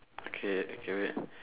okay okay wait